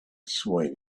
swayed